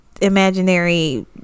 imaginary